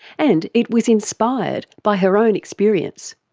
and it was inspired by her own experience.